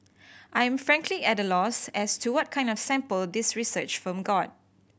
I am frankly at a loss as to what kind of sample this research firm got